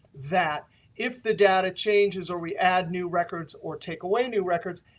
that if the data changes or we add new records or take away new records,